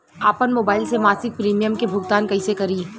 आपन मोबाइल से मसिक प्रिमियम के भुगतान कइसे करि?